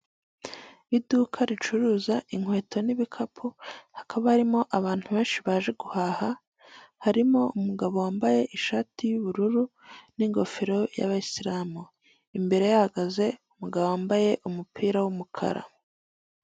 Mu Rwanda hari utubari tugiye dutandukanye twinshi, utubari two mu Rwanda dukomeje guterimbere bitewe na serivise nziza tugenda dutanga, ahangaha hari intebe nziza abaturage bashobora kuba bakwicaramo ushobora kuba wasohokana n'abawe ndetse mukahagirira ibihe byiza kuko bababafite ibinyobwa bitandukanye.